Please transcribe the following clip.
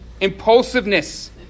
impulsiveness